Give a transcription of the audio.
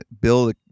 build